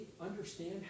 understand